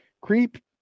creep